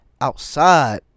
outside